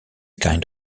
kind